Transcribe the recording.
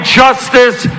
justice